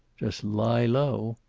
just lie low.